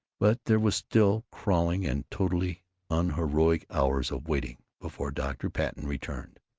but there were still crawling and totally unheroic hours of waiting before dr. patten returned.